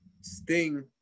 Sting